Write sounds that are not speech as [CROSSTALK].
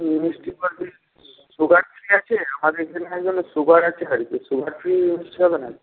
মিষ্টি [UNINTELLIGIBLE] sugar free আছে আমাদের এখানে একজনের সুগার আছে আর কি সুগার ফ্রি মিষ্টি হবে নাকি